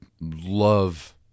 love